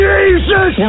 Jesus